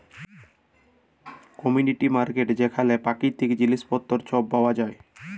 commodity market যেখালে পাকিতিক জিলিস পত্তর ছব পাউয়া যায়